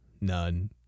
none